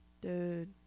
Dude